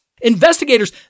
Investigators